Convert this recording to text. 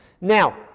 Now